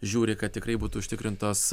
žiūri kad tikrai būtų užtikrintos